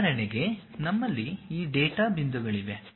ಉದಾಹರಣೆಗೆ ನಮ್ಮಲ್ಲಿ ಈ ಡೇಟಾ ಬಿಂದುಗಳಿವೆ